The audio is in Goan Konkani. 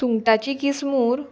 सुंगटाची किसमूर